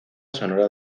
sonora